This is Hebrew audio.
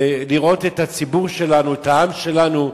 לראות את הציבור שלנו, את העם שלנו,